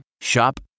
Shop